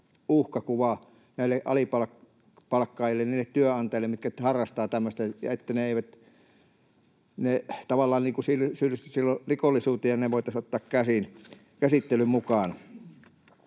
uhkakuva näille alipalkkaajille, niille työnantajille, mitkä harrastavat tämmöistä, että ne tavallaan syyllistyisivät silloin rikollisuuteen ja ne voitaisiin ottaa käsittelyyn mukaan.